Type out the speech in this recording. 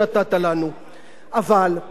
חבר הכנסת אלקין.